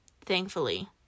Thankfully